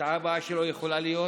ההפתעה הבאה שלו יכולה להיות